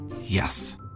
Yes